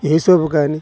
ఏసు ప్రభూ కానీ